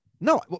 No